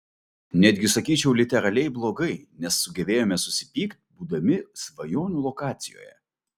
netgi sakyčiau literaliai blogai nes sugebėjome susipykt būdami svajonių lokacijoje